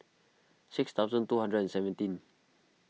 six thousand two hundred and seventeen